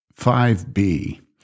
5B